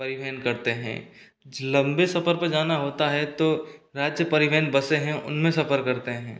परिवहन करते हैं लंबे सफर पर जाना होता है तो राज्य परिवहन बसें है उनमें सफर करते है